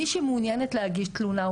מי שמעוניינת להגיש תלונה,